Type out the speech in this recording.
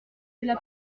cela